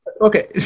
Okay